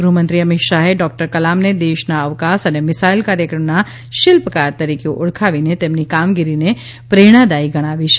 ગૃહમંત્રી અમિત શાહે ડોક્ટર કલામને દેશના અવકાશ અને મિસાઇલ કાર્યક્રમના શિલ્પકાર તરીકે ઓળખાવીને તેમની કામગીરીને પ્રેરણાદાથી ગણાવી છે